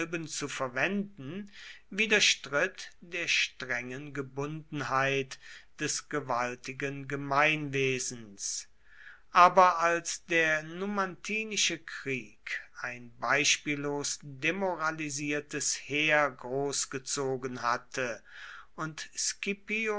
zu verwenden widerstritt der strengen gebundenheit des gewaltigen gemeinwesens aber als der numantinische krieg ein beispiellos demoralisiertes heer großgezogen hatte und